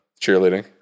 cheerleading